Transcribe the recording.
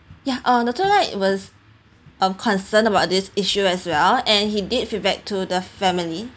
yeah uh the tour guide was um concerned about this issue as well and he did feedback to the family